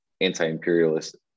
anti-imperialist